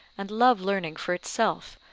and love learning for itself,